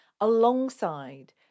alongside